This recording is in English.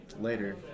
later